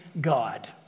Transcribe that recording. God